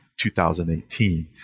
2018